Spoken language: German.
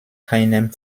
keinem